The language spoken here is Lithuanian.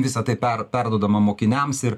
visa tai per perduodama mokiniams ir